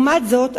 לעומת זאת,